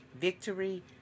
Victory